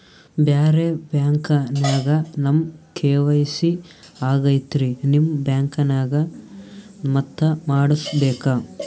ಬ್ಯಾರೆ ಬ್ಯಾಂಕ ನ್ಯಾಗ ನಮ್ ಕೆ.ವೈ.ಸಿ ಆಗೈತ್ರಿ ನಿಮ್ ಬ್ಯಾಂಕನಾಗ ಮತ್ತ ಮಾಡಸ್ ಬೇಕ?